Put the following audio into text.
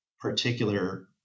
particular